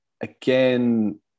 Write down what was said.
again